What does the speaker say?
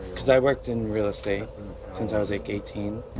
because i worked in real estate since i was like, eighteen.